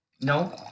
No